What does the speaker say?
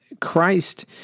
Christ